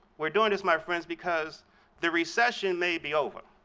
we're doing this, my friends, because the recession may be over,